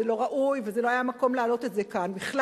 זה לא ראוי ולא היה מקום להעלות את זה כאן בכלל.